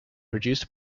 produced